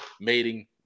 mating